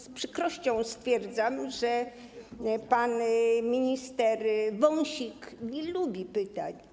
Z przykrością stwierdzam, że pan minister Wąsik nie lubi pytań.